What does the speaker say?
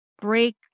break